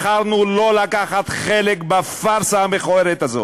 בחרנו שלא לקחת חלק בפארסה המכוערת הזאת.